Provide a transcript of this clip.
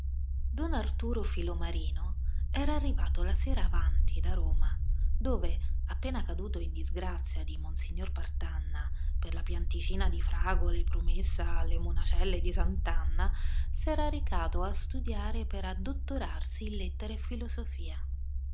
don arturo filomarino era arrivato la sera avanti da roma dove appena caduto in disgrazia di monsignor partanna per la pianticina di fragole promessa alle monacelle di sant'anna s'era recato a studiare per addottorarsi in lettere e filosofia